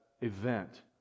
event